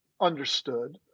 understood